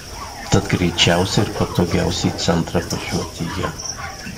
tad greičiausia ir patogiausia į centrą važiuoti ja